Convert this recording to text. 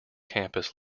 campus